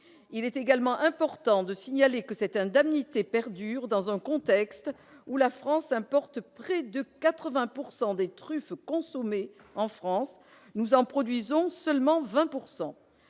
Il est également important de signaler que cette indemnité perdure dans un contexte où la France importe près de 80 % des truffes consommées en France- nous en produisons seulement 20 %.